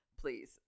Please